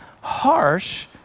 harsh